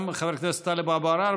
גם לחבר הכנסת טלב אבו עראר,